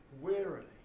wearily